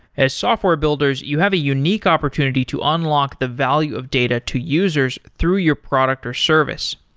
as software builders, you have a unique opportunity to unlock the value of data to users through your product or service.